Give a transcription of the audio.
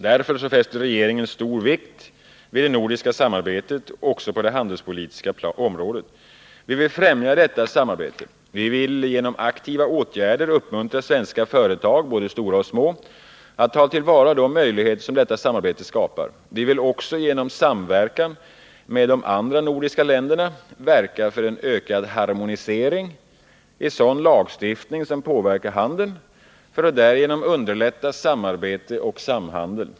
Därför fäster regeringen stor vikt vid det nordiska samarbetet också på det handelspolitiska området. Vi vill främja detta samarbete. Vi vill genom aktiva åtgärder uppmuntra svenska företag, både stora och små, att ta till vara de möjligheter som detta samarbete skapar. Vi vill också genom samverkan med de andra nordiska länderna verka för ökad harmonisering i sådan lagstiftning som påverkar handeln för att därigenom underlätta samarbete och samhandel.